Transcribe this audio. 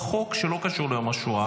אנחנו כבר בחוק שלא קשור ביום השואה.